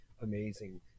amazing